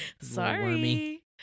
Sorry